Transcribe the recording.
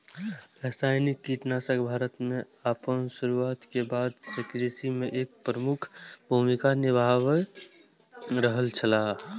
रासायनिक कीटनाशक भारत में आपन शुरुआत के बाद से कृषि में एक प्रमुख भूमिका निभाय रहल छला